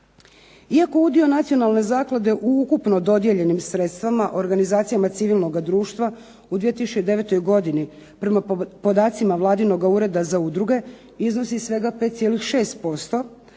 Iako udio Nacionalne zaklade u ukupno dodijeljenim sredstvima organizacijama civilnoga društva u 2009. godini prema podacima Vladinoga Ureda za udruge iznosi svega 5,6%